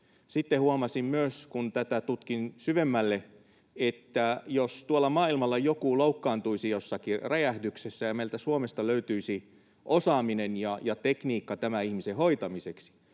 Sitten huomasin myös, kun tätä tutkin syvemmälle, että jos tuolla maailmalla joku loukkaantuisi jossakin räjähdyksessä ja meiltä Suomesta löytyisi osaaminen ja tekniikka tämän ihmisen hoitamiseksi,